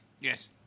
Yes